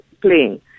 playing